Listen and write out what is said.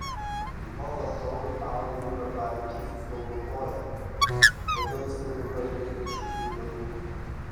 jo varžovui aurimui karpavičiui suskaudo koją todėl jis negalėjo žaisti iš visų jėgų